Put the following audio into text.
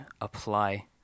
apply